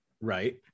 Right